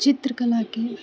चित्रकलाके